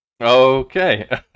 Okay